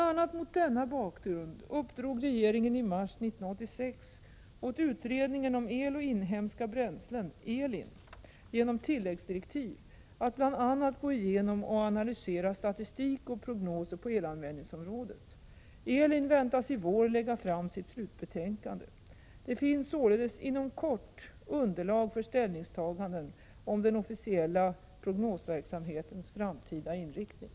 a. mot denna bakgrund uppdrog regeringen i mars 1986 åt utredningen om el och inhemska bränslen genom tilläggsdirektiv att bl.a. gå igenom och analysera statistik och prognoser på elanvändningsområdet. ELIN väntas i vår lägga fram sitt slutbetänkande. Det finns således inom kort underlag för ställningstaganden om den officiella prognosverksamhetens framtida inriktning.